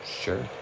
sure